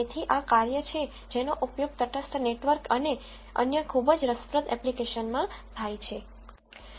તેથી આ કાર્ય છે જેનો ઉપયોગ તટસ્થ નેટવર્ક અને અન્ય ખૂબ જ રસપ્રદ એપ્લિકેશનમાં થાય છે